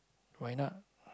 why not